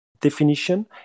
definition